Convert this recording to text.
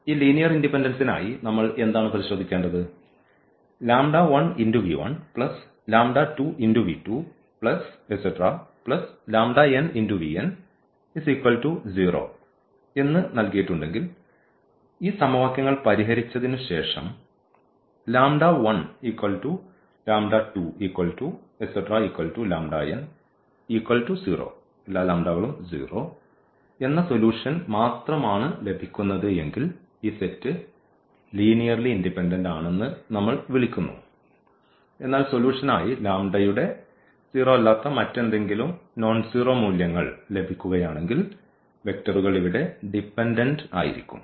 ഈ ലീനിയർ ഇൻഡിപെൻഡൻസ്നായി നമ്മൾ എന്താണ് പരിശോധിക്കേണ്ടത് എന്ന് നൽകിയിട്ടുണ്ടെങ്കിൽ ഈ സമവാക്യങ്ങൾ പരിഹരിച്ചതിന് ശേഷം എന്ന സൊല്യൂഷൻ മാത്രമാണ് ലഭിക്കുന്നത് എങ്കിൽ ഈ സെറ്റ് ലീനിയർലി ഇൻഡിപെൻഡന്റ് ആണെന്ന് നമ്മൾ വിളിക്കുന്നു എന്നാൽ സൊലൂഷൻ ആയി യുടെ മറ്റെന്തെങ്കിലും നോൺസീറോ മൂല്യങ്ങൾ ലഭിക്കുകയാണെങ്കിൽ വെക്റ്ററുകൾ ഇവിടെ ഡിപെൻഡന്റ് ആയിരിക്കും